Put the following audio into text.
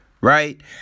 right